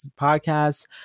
podcasts